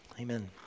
Amen